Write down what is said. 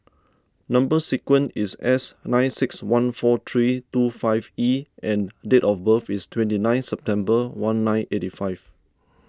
Number Sequence is S nine six one four three two five E and date of birth is twenty nine September one nine eighty five